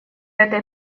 этой